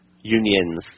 unions